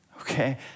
okay